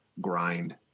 grind